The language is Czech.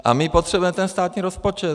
A my potřebujeme ten státní rozpočet.